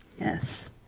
Yes